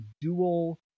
dual